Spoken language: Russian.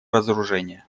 разоружения